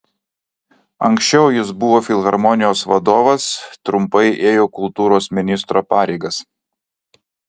anksčiau jis buvo filharmonijos vadovas trumpai ėjo kultūros ministro pareigas